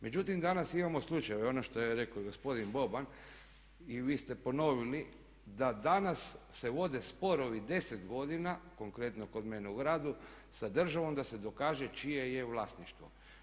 Međutim, danas imamo slučajeve, ono što je rekao i gospodin Boban i vi ste ponovili, da danas se vode sporovi 10 godina, konkretno kod mene u gradu, sa državom da se dokaže čije je vlasništvo.